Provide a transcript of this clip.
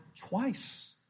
twice